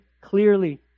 clearly